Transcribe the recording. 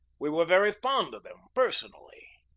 we were very fond of them personally.